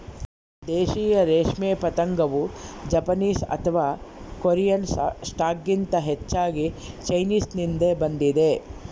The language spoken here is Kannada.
ದೇಶೀಯ ರೇಷ್ಮೆ ಪತಂಗವು ಜಪಾನೀಸ್ ಅಥವಾ ಕೊರಿಯನ್ ಸ್ಟಾಕ್ಗಿಂತ ಹೆಚ್ಚಾಗಿ ಚೈನೀಸ್ನಿಂದ ಬಂದಿದೆ